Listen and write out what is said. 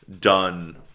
done